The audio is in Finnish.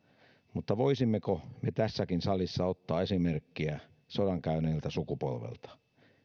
mutta voisimmeko me tässäkin salissa ottaa esimerkkiä sodan käyneeltä sukupolvelta